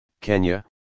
Kenya